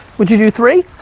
would you do three?